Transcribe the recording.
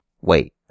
Wait